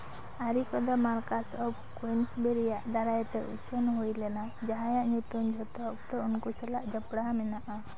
ᱟᱹᱨᱤ ᱠᱚᱫᱚ marquess of ᱠᱩᱭᱤᱱᱥᱵᱮᱨᱤᱭᱟᱜ ᱫᱟᱨᱟᱭᱛᱮ ᱩᱪᱷᱟᱹᱱ ᱦᱩᱭ ᱞᱮᱱᱟ ᱡᱟᱦᱟᱸᱭᱟᱜ ᱧᱩᱛᱩᱢ ᱡᱚᱛᱚ ᱚᱠᱛᱚ ᱩᱱᱠᱩ ᱥᱟᱞᱟᱜ ᱡᱚᱯᱲᱟᱣ ᱢᱮᱱᱟᱜᱼᱟ